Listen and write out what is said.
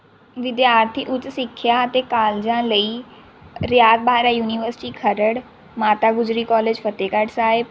ਵਿਦਿਆਰਥੀ ਉੱਚ ਸਿੱਖਿਆ ਅਤੇ ਕਾਲਜਾਂ ਲਈ ਰਿਆਤ ਬਾਹਰਾ ਯੂਨੀਵਰਸਿਟੀ ਖਰੜ ਮਾਤਾ ਗੁਜਰੀ ਕਾਲਜ ਫਤਿਗੜ੍ਹ ਸਾਹਿਬ